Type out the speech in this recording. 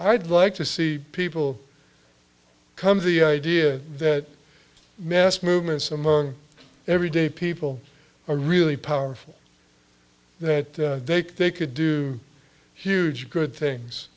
i'd like to see people come to the idea that mass movements among everyday people are really powerful that they could do huge good things